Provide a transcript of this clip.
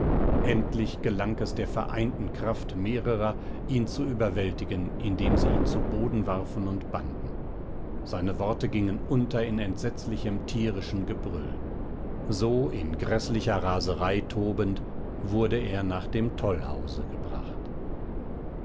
endlich gelang es der vereinten kraft mehrerer ihn zu überwältigen indem sie ihn zu boden warfen und banden seine worte gingen unter in entsetzlichem tierischen gebrüll so in gräßlicher raserei tobend wurde er nach dem tollhause gebracht